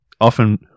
Often